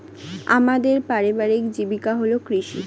আমাদের পারিবারিক জীবিকা হল কৃষিকাজ